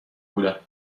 بودم